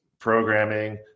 programming